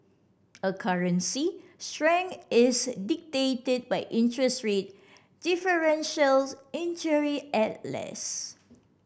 a currency strength is dictated by interest rate differentials in theory at least